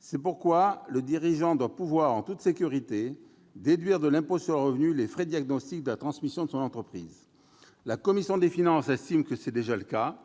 raison pour laquelle le dirigeant doit pouvoir, en toute sécurité, déduire de l'impôt sur le revenu les frais de diagnostic de la transmission de son entreprise. La commission des finances estime que c'est déjà le cas,